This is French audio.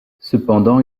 cependant